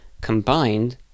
combined